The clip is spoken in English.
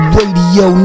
Radio